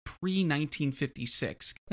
pre-1956